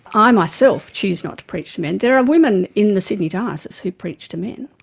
i myself, choose not to preach to men. there are women in the sydney diocese who preach to men.